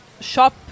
shop